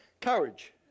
Courage